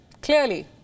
Clearly